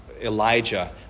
Elijah